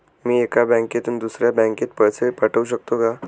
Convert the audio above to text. मी एका बँकेतून दुसऱ्या बँकेत पैसे पाठवू शकतो का?